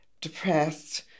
depressed